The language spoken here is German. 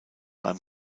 beim